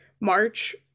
March